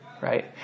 Right